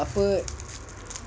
apa